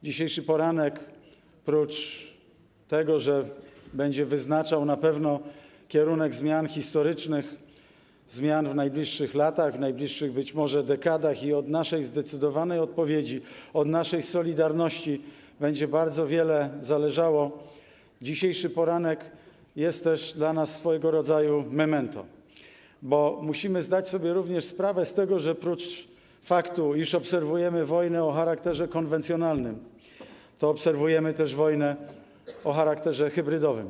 Dzisiejszy poranek prócz tego, że będzie na pewno wyznaczał kierunek zmian historycznych, zmian w najbliższych latach, być może w najbliższych dekadach - i od naszej zdecydowanej odpowiedzi, od naszej solidarności będzie bardzo wiele zależało - dzisiejszy poranek jest też dla nas swojego rodzaju memento, bo musimy zdać sobie również sprawę z tego, że prócz faktu, iż obserwujemy wojnę o charakterze konwencjonalnym, to obserwujemy też jednocześnie wojnę o charakterze hybrydowym.